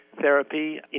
therapy